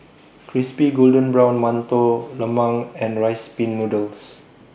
Crispy Golden Brown mantou Lemang and Rice Pin Noodles